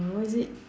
uh what is it